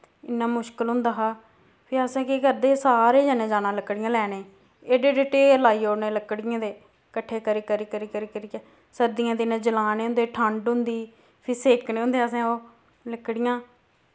इन्ना मुश्कल होंदा हा फ्ही असें केह् करदे हे सारे जनें जाना लकड़ियां लैने एह्डे एह्डे ढेर लाई ओड़ने लकड़ियें दे कट्ठे करी करी करी करी करी करियै सर्दियें दिनैं जलाने होंदे ठंड होंदी फ्ही सेकने होंदे असें ओह् लकड़ियां